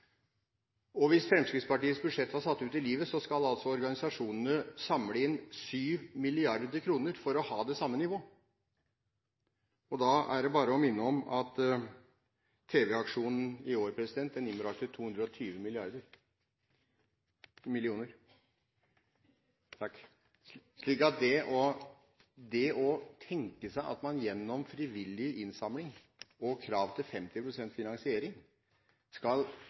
Hvis Fremskrittspartiets budsjett var satt ut i livet, skal organisasjonene samle inn 7 mrd. kr for å ha det samme nivå. Da er det bare å minne om at tv-aksjonen i år innbrakte 220 mrd. kr. Det er millioner. 220 mill. kr, takk. Så det å tenke seg at man gjennom frivillig innsamling og krav til 50 pst. finansiering skal